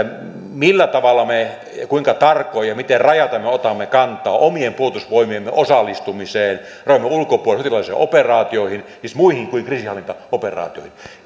millä tavalla kuinka tarkoin ja miten rajaten me otamme kantaa omien puolustusvoimiemme osallistumiseen rajojemme ulkopuolella sotilaallisiin operaatioihin siis muihin kuin kriisinhallintaoperaatioihin